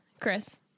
chris